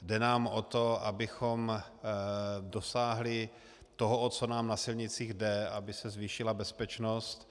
Jde nám o to, abychom dosáhli toho, o co nám na silnicích jde aby se zvýšila bezpečnost.